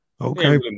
Okay